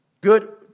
good